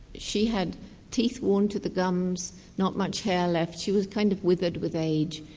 she had teeth worn to the gums, not much hair left, she was kind of withered with age,